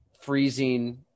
freezing